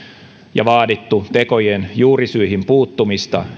ja vaadittu tekojen juurisyihin puuttumista